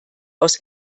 aus